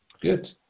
good